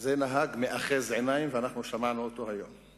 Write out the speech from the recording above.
זה נהג מאחז עיניים, ואנחנו שמענו אותו היום.